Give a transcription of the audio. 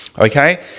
Okay